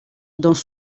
dans